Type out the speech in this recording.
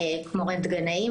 כמו רנטגנאים,